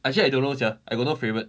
actually I don't know sia I got no favourite